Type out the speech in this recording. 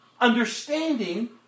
understanding